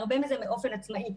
והרבה מזה באופן עצמאי.